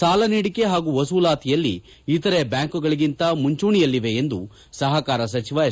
ಸಾಲ ನೀಡಿಕೆ ಹಾಗೂ ವಸೂಲಾತಿಯಲ್ಲಿ ಇತರೆ ಬ್ಯಾಂಕ್ಗಳಗಿಂತ ಮುಂಚೂಣಿಯಲ್ಲಿದೆ ಎಂದು ಸಹಕಾರ ಸಚಿವ ಎಸ್